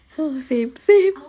haha same same